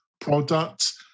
product